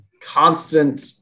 constant